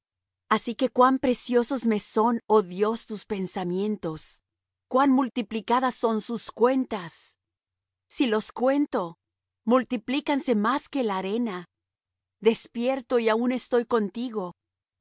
así que cuán preciosos me son oh dios tus pensamientos cuán multiplicadas son sus cuentas si los cuento multiplícanse más que la arena despierto y aun estoy contigo